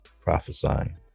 prophesying